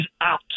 out